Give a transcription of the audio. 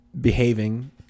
behaving